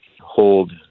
hold